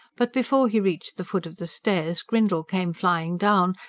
but before he reached the foot of the stairs grindle came flying down,